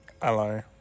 Hello